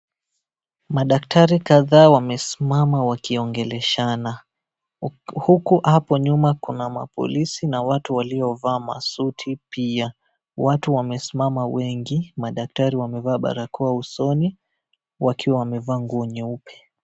Madaktari kadhaa wamesimama wakiongeleshana huku hapo nyumba kuna mapolisi na watu waliovaa masuti pia watu wamesimama wengi madaktari wamevaa barakoa usoni wakiwa wamevaa nguo nyeupe.